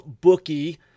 Bookie